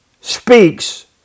speaks